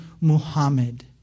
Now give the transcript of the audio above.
Muhammad